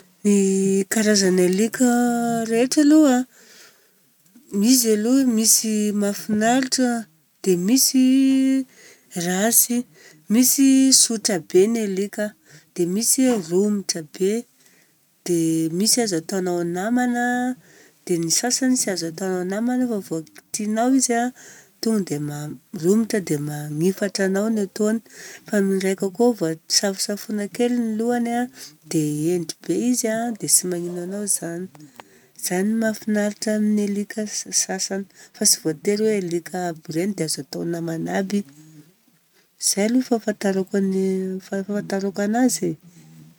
Ny karazan'alika rehetra aloha a, izy aloha misy mafinaritra, dia misy ratsy. Misy tsotra be ny alika, dia misy romotra be. Dia misy azo ataonao namana. Dia ny sasany tsy azo ataonao namana fa vô kitianao izy an, tonga dia man- romotra dia mangnifatra anao ny ataony. Fa ny iraika koa vô safosafonao kely ny lohany an, dia hendry be izy an, dia tsy magnino anao zany. Zany mahafinaritra amin'ny alika sasany, fa tsy voatery hoe ny alika aby reny dia azo atao namana aby. Zay aloha ny fahafantarako a ny, fahafantarako anazy e!